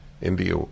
India